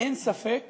אין ספק